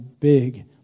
big